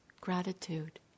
gratitude